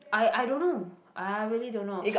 I I don't know I really don't know